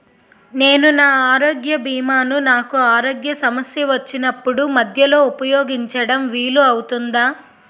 నేను నా ఆరోగ్య భీమా ను నాకు ఆరోగ్య సమస్య వచ్చినప్పుడు మధ్యలో ఉపయోగించడం వీలు అవుతుందా?